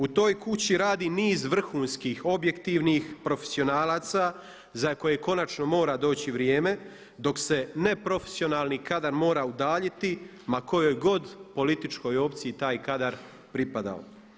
U toj kući radi niz vrhunskih objektivnih profesionalaca za koje konačno mora doći vrijeme, dok se neprofesionalni kadar mora udaljiti ma kojoj god političkoj opciji taj kadar pripadao.